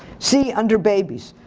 see, under babies.